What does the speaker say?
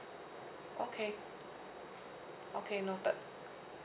okay okay noted